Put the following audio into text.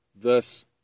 thus